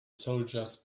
soldiers